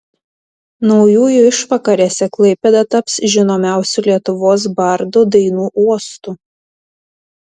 naujųjų išvakarėse klaipėda taps žinomiausių lietuvos bardų dainų uostu